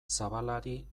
zabalari